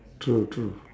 true true